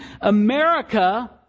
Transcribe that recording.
America